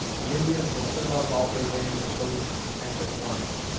the indians will send off all their women and children to the camp at once,